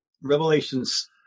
Revelations